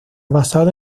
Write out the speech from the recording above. basado